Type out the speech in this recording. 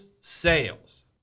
sales